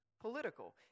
Political